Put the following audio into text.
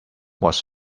was